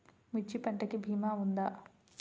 మిర్చి పంటకి భీమా ఉందా?